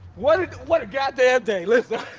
what what a god damn day. listen.